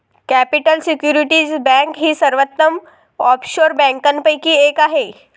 capital security bank ही सर्वोत्तम offshore बँकांपैकी एक आहे